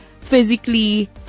physically